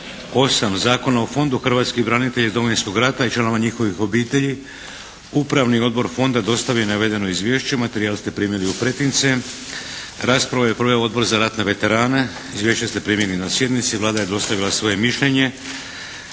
8. Zakona o Fondu hrvatskih branitelja iz Domovinskog rata i članova njihovih obitelji Upravni odbor fonda dostavio je navedeno izvješće. Materijal ste primili u pretince. Raspravu je proveo Odbor za ratne veterane. Izvješće ste primili na sjednici. Vlada je dostavila svoje mišljenje.